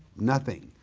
nothing,